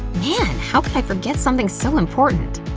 man, how could i forget something so important?